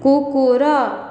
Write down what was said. କୁକୁର